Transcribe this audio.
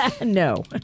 No